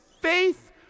faith